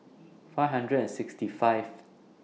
five hundred and sixty five